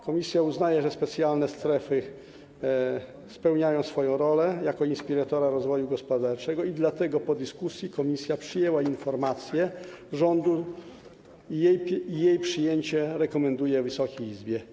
Komisja uznaje, że specjalne strefy spełniają swoją rolę jako inspirator rozwoju gospodarczego, dlatego po dyskusji komisja przyjęła informację rządu i jej przyjęcie rekomenduje Wysokiej Izbie.